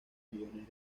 millones